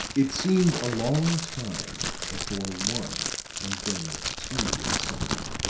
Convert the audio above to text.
it seemed a long time before one and then two sounded.